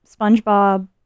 SpongeBob